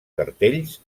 cartells